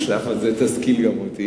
עכשיו על זה תשכיל גם אותי.